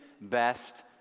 best